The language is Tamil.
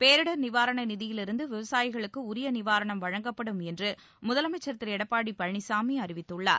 பேரிடர் நிவாரண நிதியிலிருந்து விவசாயிகளுக்கு உரிய நிவாரணம் வழங்கப்படும் என்று முதலமைச்சர் திரு எடப்பாடி பழனிசாமி அறிவித்துள்ளார்